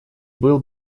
был